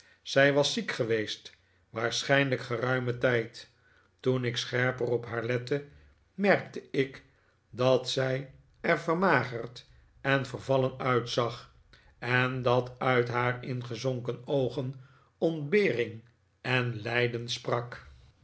zij was ziek geweest waarschijnlijk geruimen tijd toen ik scherper op haar lette merkte ik dat zij er vermagerd en vervallen uitzag en dat uit haar ingezonken oogen ontbering en lijden sprak